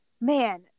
man